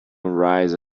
arise